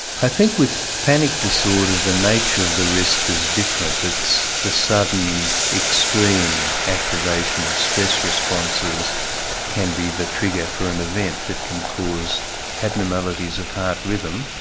i think with panic disorder, the nature of the risk is different. it's the sudden extreme activation of stress responses which can be the trigger for an event. it can cause abnormalities of heart rhythm,